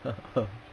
(uh huh)